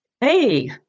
Hey